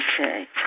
Okay